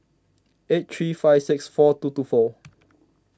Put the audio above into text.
eight three five six four two two four